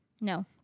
No